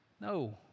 No